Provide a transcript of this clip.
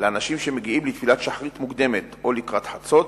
לאנשים שמגיעים לתפילת שחרית מוקדמת או לקראת חצות,